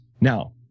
Now